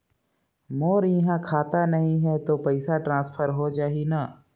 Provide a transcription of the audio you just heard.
मोर इहां खाता नहीं है तो पइसा ट्रांसफर हो जाही न?